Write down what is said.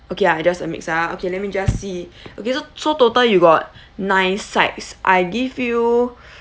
okay ah just a mix ah okay let me just see okay so so total you got nine sides I give you